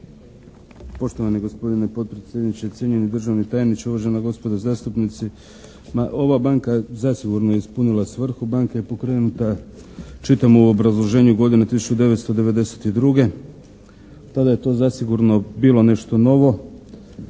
Poštovani gospodine potpredsjedniče, cijenjeni državni tajniče, uvažena gospodo zastupnici! Ova banka zasigurno je ispunila svrhu. Banka je pokrenuta, čitam u obrazloženju, godine 1992. Tada je to zasigurno bilo nešto novo.